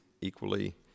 equally